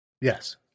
yes